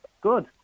Good